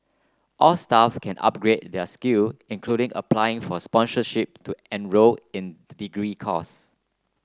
all staff can also upgrade their skills including applying for sponsorship to enrol in degree courses